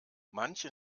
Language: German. manche